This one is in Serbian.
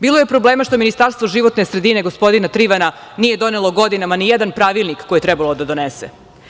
Bilo je problema što Ministarstvo životne sredine gospodina Trivana nije donelo godinama nijedan pravilnik koji je trebalo da donese.